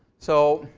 so,